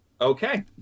okay